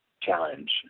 challenge